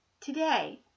today